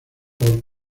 por